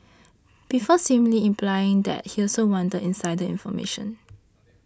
before seemingly implying that he also wanted insider information